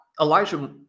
Elijah